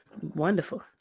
Wonderful